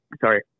Sorry